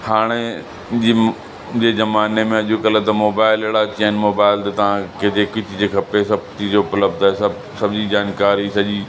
हाणे जिम जे ज़माने में अॼु कल्ह त मोबाइल अहिड़ा अची विया आहिनि मोबाइल त तव्हां खे जेकी चीजे खपे सभु चीजे उपलब्ध आहे सभु सॼी जानकारी सॼी